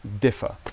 differ